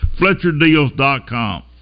FletcherDeals.com